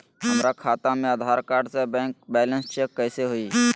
हमरा खाता में आधार कार्ड से बैंक बैलेंस चेक कैसे हुई?